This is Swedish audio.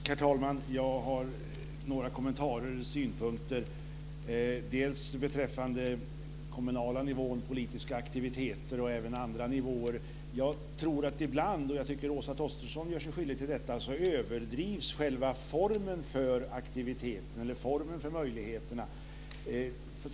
Herr talman! Jag har några kommentarer och synpunkter beträffande den kommunala nivån, politiska aktiviteter och även andra nivåer. Ibland överdrivs - jag tycker att Åsa Torstensson gör sig skyldig till detta - själva formen för aktiviteten eller formen för möjligheterna.